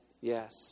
yes